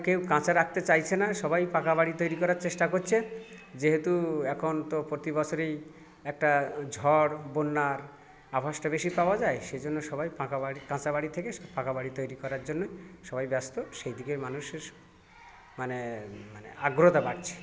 কেউ কাঁচা রাখতে চাইছে না সবাই পাকা বাড়ি তৈরি করার চেষ্টা করছে যেহেতু এখন তো প্রতি বছরই একটা ঝড় বন্যার আভাসটা বেশি পাওয়া যায় সেই জন্য সবাই পাকা বাড়ি কাঁচা বাড়ি থেকে পাকা বাড়ি তৈরি করার জন্য সবাই ব্যস্ত সেই দিকে মানুষের মানে মানে আগ্রহতা বাড়ছে